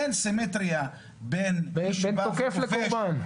אין סימטריה בין --- בין תוקף לקורבן.